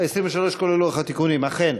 23, כולל לוח התיקונים, אכן.